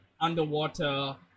Underwater